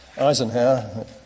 Eisenhower